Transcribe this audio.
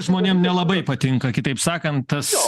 žmonėm nelabai patinka kitaip sakant tas